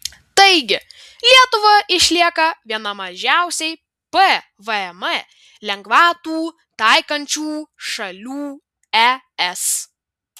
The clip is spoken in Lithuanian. taigi lietuva išlieka viena mažiausiai pvm lengvatų taikančių šalių es